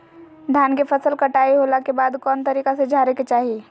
धान के फसल कटाई होला के बाद कौन तरीका से झारे के चाहि?